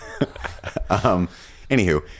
Anywho